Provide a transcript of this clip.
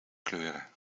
kleuren